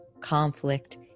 conflict